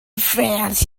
france